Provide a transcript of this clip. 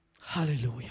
Hallelujah